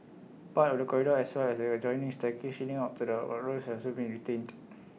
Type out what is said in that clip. part of the corridor as well as the adjoining staircase up to the courtrooms have also been retained